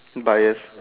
biased